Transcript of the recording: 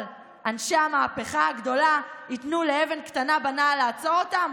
אבל אנשי המהפכה הגדולה ייתנו לאבן קטנה בנעל לעצור אותם?